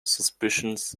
suspicions